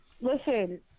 Listen